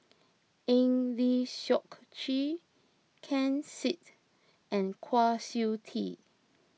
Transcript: Eng Lee Seok Chee Ken Seet and Kwa Siew Tee